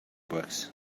books